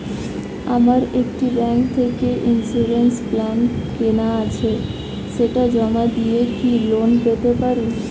আমার একটি ব্যাংক থেকে ইন্সুরেন্স প্ল্যান কেনা আছে সেটা জমা দিয়ে কি লোন পেতে পারি?